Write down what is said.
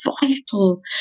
vital